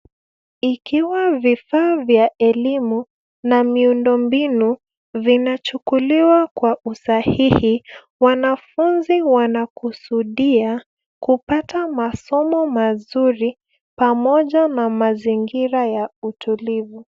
Ikiwa vifaa vya elimu na miundombinu vinachukuliwa kwa usahihi, wanafunzi wanakusudia kupata masomo mazuri pamoja na mazingira ya utulivu.